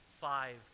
five